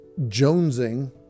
jonesing